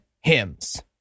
hymns